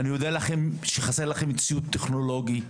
אני יודע שחסר לכם ציוד טכנולוגי,